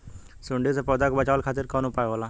सुंडी से पौधा के बचावल खातिर कौन उपाय होला?